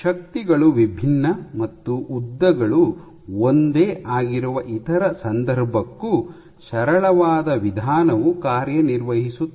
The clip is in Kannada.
ಶಕ್ತಿಗಳು ವಿಭಿನ್ನ ಮತ್ತು ಉದ್ದಗಳು ಒಂದೇ ಆಗಿರುವ ಇತರ ಸಂದರ್ಭಕ್ಕೂ ಸರಳವಾದ ವಿಧಾನವು ಕಾರ್ಯನಿರ್ವಹಿಸುತ್ತದೆ